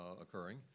occurring